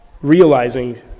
realizing